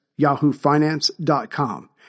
YahooFinance.com